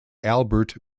albert